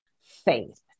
faith